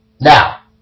Now